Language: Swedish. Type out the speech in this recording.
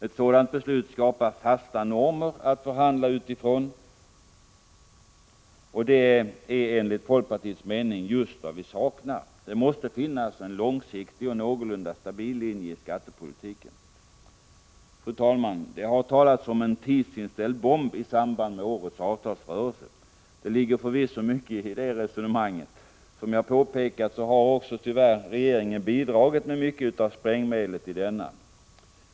Ett sådant beslut skapar fasta normer att förhandla utifrån, och det är enligt folkpartiets mening just vad vi saknar. Det måste finnas en långsiktig och någorlunda stabil linje i skattepolitiken. Fru talman! Det har talats om en tidsinställd bomb i samband med årets avtalsrörelse. Det ligger förvisso mycket i detta resonemang. Som jag påpekat har också tyvärr regeringen bidragit med mycket av sprängmedlet i denna.